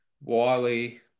Wiley